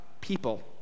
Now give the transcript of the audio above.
people